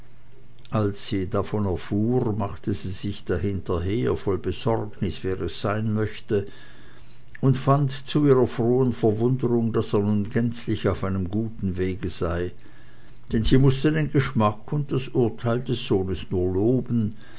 als sie davon erfuhr machte sie sich dahinter her voll besorgnis wer es sein möchte und fand zu ihrer frohen verwunderung daß er nun gänzlich auf einem guten wege sei denn sie mußte den geschmack und das urteil des sohnes nur loben